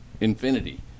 infinity